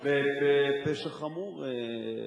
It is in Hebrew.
מדובר בפשע חמור.